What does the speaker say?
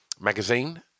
magazine